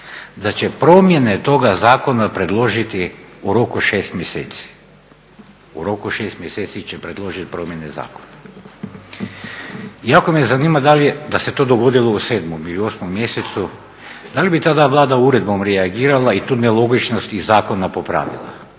da će promjene toga zakona predložiti u roku od šest mjeseci. U roku od šest mjeseci će predložiti promjene zakona. Jako me zanima da li je, da se to dogodilo u 7 i 8 mjesecu da li bi tada Vlada uredbom reagirala i tu nelogičnost iz zakona popravila